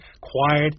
quiet